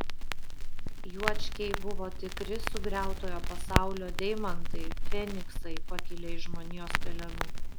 juočkiai buvo tikri sugriautojo pasaulio deimantai feniksai pakilę iš žmonijos pelenų